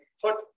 put